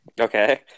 Okay